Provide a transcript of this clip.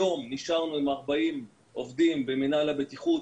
היום נשארנו עם 40 עובדים במינהל הבטיחות.